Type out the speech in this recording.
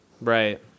Right